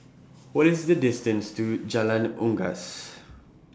What IS The distance to Jalan Unggas